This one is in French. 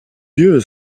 dieu